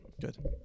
Good